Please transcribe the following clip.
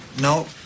No